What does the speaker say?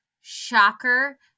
shocker